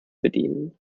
bedienen